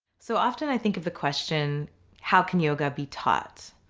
so often i think the question how can yoga be taught?